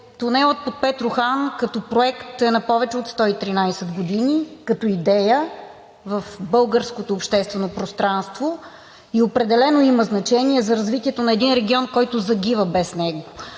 тунелът под Петрохан като проект е на повече от 113 години, като идея в българското обществено пространство, и определено има значение за развитието на един регион, който загива без него.